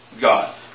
God